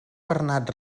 bernat